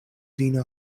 vin